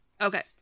Okay